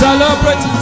Celebrate